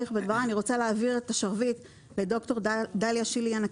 להעביר את השרביט לד"ר דליה שיליאן,